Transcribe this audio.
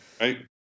Right